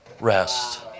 rest